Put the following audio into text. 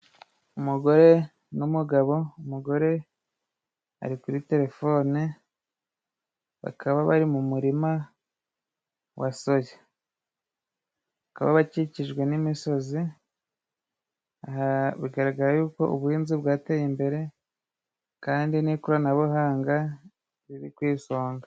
Umugore n'umugabo, umugore ari kuri telefone bakaba bari mu murima wa soya. Bakaba bakikijwe n'imisozi .Bigaragara yuko ubuhinzi bwateye imbere kandi n'ikoranabuhanga riri ku isonga.